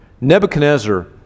Nebuchadnezzar